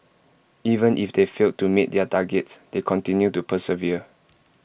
even if they failed to meet their targets they continue to persevere